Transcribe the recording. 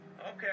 Okay